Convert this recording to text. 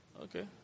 Okay